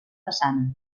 façana